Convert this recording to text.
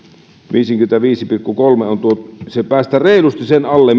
viisikymmentäviisi pilkku kolme se päästää reilusti sen alle